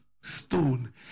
stone